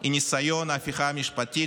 היא ניסיון ההפיכה המשפטית,